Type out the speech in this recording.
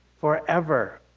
forever